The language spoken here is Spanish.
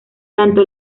tanto